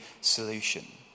solution